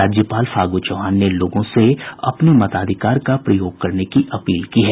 राज्यपाल फागू चौहान ने लोगों से अपने मताधिकार का प्रयोग करने की अपील की है